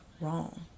wrong